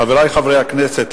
חברי חברי הכנסת,